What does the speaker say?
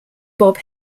bob